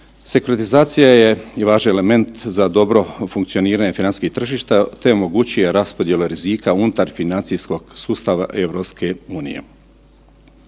Sekuritizacija je i važan element za dobro funkcioniranje financijskih tržišta te omogućuje raspodjelu rizika unutar financijskog sustava EU.